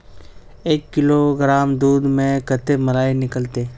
एक किलोग्राम दूध में कते मलाई निकलते?